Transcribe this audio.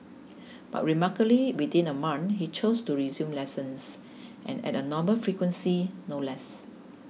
but remarkably within a month he chose to resume lessons and at a normal frequency no less